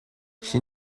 she